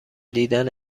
دیدن